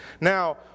Now